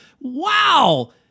Wow